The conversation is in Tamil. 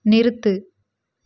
நிறுத்து